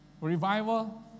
Revival